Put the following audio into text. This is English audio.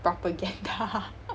propaganda